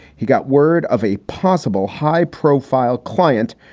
he got word of a possible high profile client.